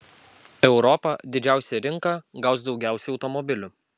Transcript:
europa didžiausia rinka gaus daugiausiai automobilių